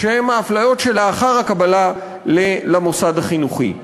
שהן ההפליות שלאחר הקבלה למוסד החינוכי.